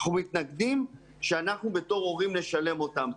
אנחנו מתנגדים שאנחנו בתור הורים נשלם אותם.